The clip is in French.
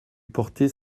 porter